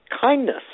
kindness